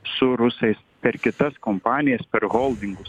su rusais per kitas kompanijas per holdingus